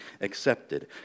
accepted